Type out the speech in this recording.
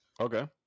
Okay